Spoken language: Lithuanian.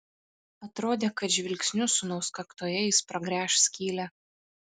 atrodė kad žvilgsniu sūnaus kaktoje jis pragręš skylę